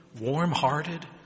warm-hearted